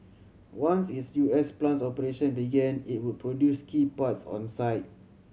once its U S plant's operation began it would produce key parts on site